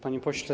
Panie Pośle!